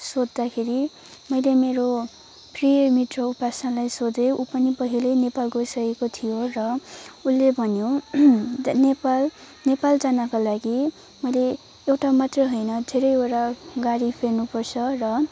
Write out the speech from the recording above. सोद्धाखेरि मैले मेरो प्रिय मित्र उपासनालाई सोधेँ ऊ पनि पहिले नेपाल गइसकेको थियो र उसले भन्यो त्यहाँ नेपाल नेपाल जानको लागि मैले एउटा मात्र होइन धेरैवटा गाडी फेर्नुपर्छ र